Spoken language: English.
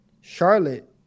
Charlotte